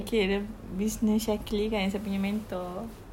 okay the business Shaklee kan saya punya mentor